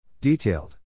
Detailed